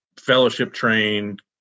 fellowship-trained